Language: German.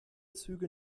züge